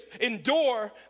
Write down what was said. endure